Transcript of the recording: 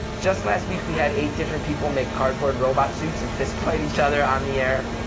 just last week we had eight different people make cardboard robot suits, and fist fight each other on the air.